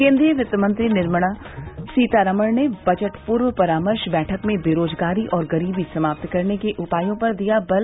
केन्द्रीय वित्तमंत्री निर्मला सीतारमण ने बजट पूर्व परामर्श बैठक में बेरोजगारी और गरीबी समाप्त करने के उपायों पर दिया बल